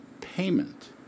payment